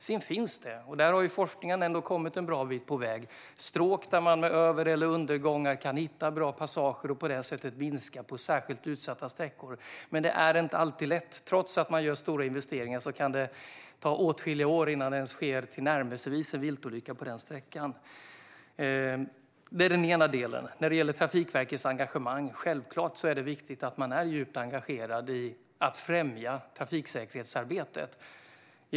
Sedan finns det stråk, och där har ju forskningen ändå kommit en bra bit på väg, där man med över eller undergångar kan hitta en bra passage för att på så sätt minska risken på särskilt utsatta sträckor. Men det är inte alltid lätt. Trots att man gör stora investeringar kan det ta åtskilliga år innan det sker ens tillnärmelsevis en viltolycka på den sträckan. Det är den ena delen. När det sedan handlar om Trafikverkets engagemang är det självklart viktigt att man är djupt engagerad i att främja trafiksäkerhetsarbetet.